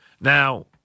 Now